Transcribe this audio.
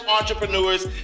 entrepreneurs